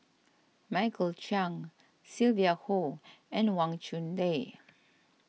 Michael Chiang Sylvia Kho and Wang Chunde